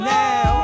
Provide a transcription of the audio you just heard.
now